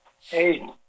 Hey